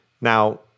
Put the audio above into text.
Now